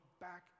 back